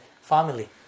family